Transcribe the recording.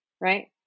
right